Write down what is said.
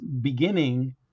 beginning